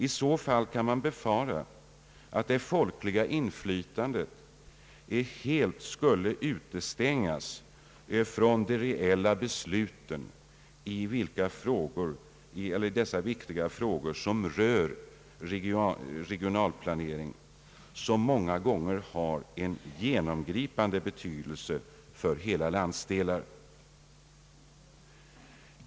I så fall kan man befara att det folkliga inflytandet helt skulle utestängas från de reella besluten i de viktiga frågor som rör regionplaneringen och som många gånger har genomgripande betydelse för hela landsdelar.